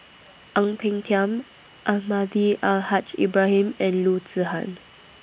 Ang Peng Tiam Almahdi Al Haj Ibrahim and Loo Zihan